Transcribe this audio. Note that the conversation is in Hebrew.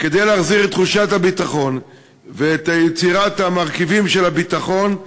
וכדי להחזיר את תחושת הביטחון ואת יצירת המרכיבים של הביטחון,